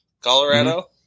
Colorado